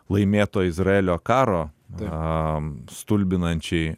laimėto izraelio karo a stulbinančiai